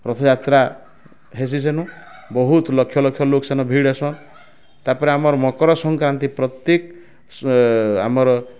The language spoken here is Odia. ରଥଯାତ୍ରା ହେସିସେନୁ ବହୁତ ଲକ୍ଷଲକ୍ଷ ଲୋକ୍ ସେନ ଭିଡ଼୍ ହେସନ୍ ତାପରେ ଆମର୍ ମକର ସଂକ୍ରାନ୍ତି ପ୍ରତ୍ୟେକ ସ ଆମର